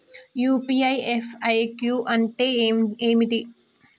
UPI FAQ అంటే ఏమిటి?